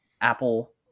Apple